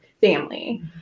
family